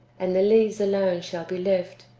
and the leaves alone shall be left,